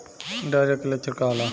Diarrhoea के लक्षण का होला?